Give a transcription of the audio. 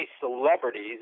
celebrities